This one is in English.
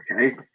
okay